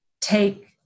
take